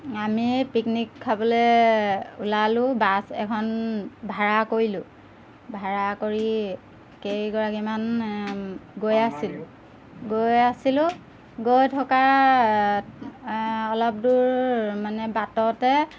আমি পিকনিক খাবলৈ ওলালোঁ বাছ এখন ভাড়া কৰিলোঁ ভাড়া কৰি কেইগৰাকীমান গৈ আছিলোঁ গৈ আছিলোঁ গৈ থকা অলপ দূৰ মানে বাটতে